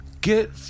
Get